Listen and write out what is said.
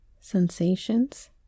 sensations